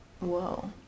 Whoa